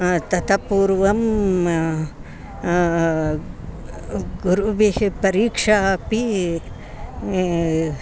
ततः पूर्वं गुरुभिः परीक्षा अपि